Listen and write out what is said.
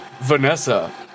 Vanessa